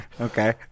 Okay